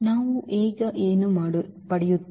ನಾವು ಈಗ ಏನು ಪಡೆಯುತ್ತೇವೆ